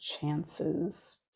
chances